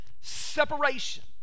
separation